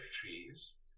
trees